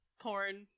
porn